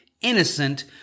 innocent